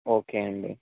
okay అండి